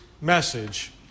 message